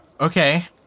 Okay